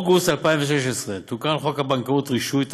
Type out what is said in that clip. באוגוסט 2016 תוקן חוק הבנקאות (רישוי),